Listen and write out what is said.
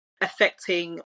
Affecting